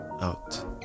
out